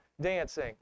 dancing